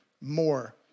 more